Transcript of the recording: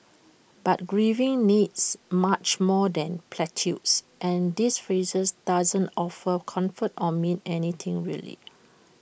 but grieving needs much more than platitudes and these phrases don't offer comfort or mean anything really